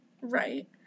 right